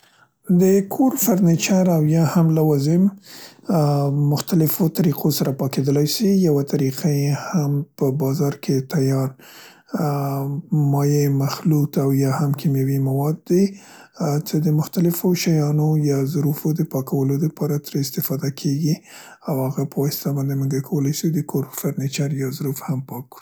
د کور فرنیچر او یا هم لوازم، اا مختلفو طریقو سره پاکیدلای سي، یوه طریقه یې هم په بازار کې تیار، ا، مایع، مخلوط او یا هم کیمیاوي مواد دي، ا، څې د مختلفو شیانو یا ظروفو د پاکولو دپاره ترې استفاده کیګي او هغه په واسطه باندې موږ کولای شو د کور فرنیچر یا ظروف هم پاک کو.